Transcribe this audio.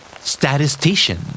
Statistician